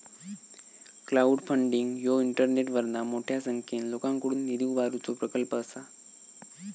crowdfunding ह्यो इंटरनेटवरना मोठ्या संख्येन लोकांकडुन निधी उभारुचो प्रकल्प असा